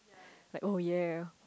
like oh ya